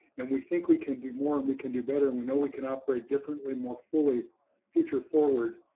and we think we can do more, and we can do better, and we know we can operate differently, more fully future forward,